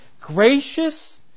gracious